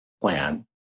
plan